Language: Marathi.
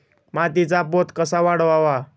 मातीचा पोत कसा वाढवावा?